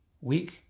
weak